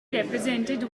represented